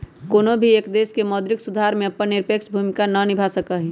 कौनो भी एक देश मौद्रिक सुधार में अपन निरपेक्ष भूमिका के ना निभा सका हई